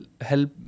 help